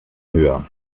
höher